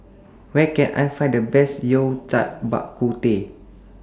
Where Can I Find The Best Yao Cai Bak Kut Teh